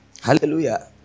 Hallelujah